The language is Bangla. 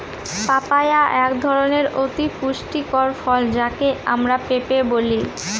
পাপায়া একধরনের অতি পুষ্টিকর ফল যাকে আমরা পেঁপে বলি